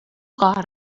cor